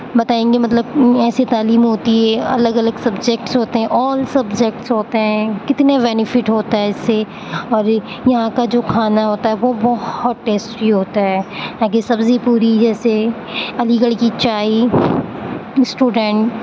بتائیں گے مطلب ایسی تعلیم ہوتی ہے الگ الگ سبجکٹس ہوتے ہیں آل سبجکٹس ہوتے ہیں کتنے بینفٹ ہوتا ہے اس سے اور یہ یہاں کا جو کھانا ہوتا ہے وہ بہت ٹیسٹی ہوتا ہے یہاں کی سبزی پوری جیسے علی گڑھ کی چائے اسٹوڈنٹ